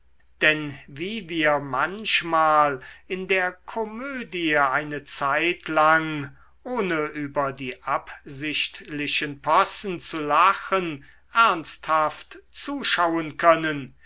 denn wie wir manchmal in der komödie eine zeitlang ohne über die absichtlichen possen zu lachen ernsthaft zuschauen können